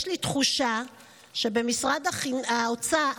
יש לי תחושה שבמשרד האוצר